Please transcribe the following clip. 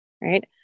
right